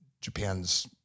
Japan's